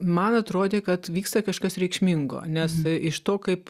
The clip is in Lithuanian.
man atrodė kad vyksta kažkas reikšmingo nes iš to kaip